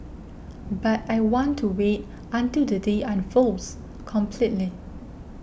but I want to wait until the day unfolds completely